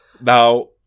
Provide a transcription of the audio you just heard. Now